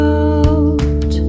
out